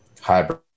hybrid